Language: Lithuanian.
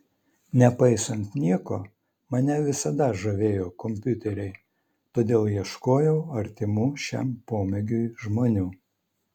nepaisant nieko mane visada žavėjo kompiuteriai todėl ieškojau artimų šiam pomėgiui žmonių